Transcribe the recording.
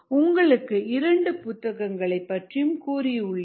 உங்களுக்கு இரண்டு புத்தகங்களை பற்றியும் கூறியுள்ளேன்